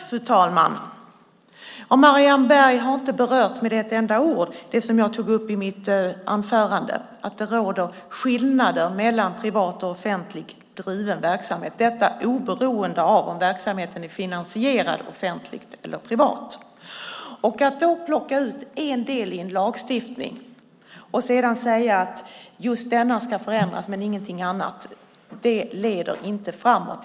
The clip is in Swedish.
Fru talman! Marianne Berg har inte berört med ett enda ord det som jag tog upp i mitt anförande, att det råder skillnader mellan privat och offentligt driven verksamhet, detta oberoende av om verksamheten är finansierad offentligt eller privat. Att då plocka ut en del i en lagstiftning och sedan säga att just denna ska förändras men ingenting annat leder inte framåt.